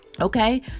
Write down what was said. okay